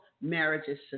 marriages